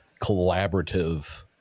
collaborative